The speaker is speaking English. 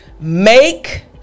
make